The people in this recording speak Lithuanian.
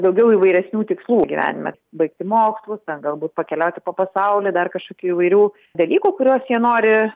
daugiau įvairesnių tikslų gyvenime baigti mokslus ten galbūt pakeliauti po pasaulį dar kažkokių įvairių dalykų kuriuos jie nori